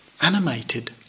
animated